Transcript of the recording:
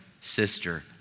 sister